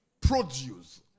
produce